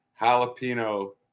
jalapeno